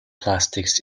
plastics